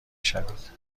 شوید